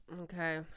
okay